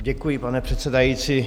Děkuji, pane předsedající.